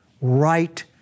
right